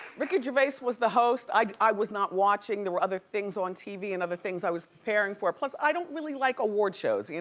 ricky gervais was the host. i was not watching. there were other things on tv and other things i was preparing for, plus i don't really like award shows.